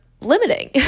limiting